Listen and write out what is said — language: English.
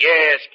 Yes